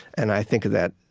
and i think that,